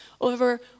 over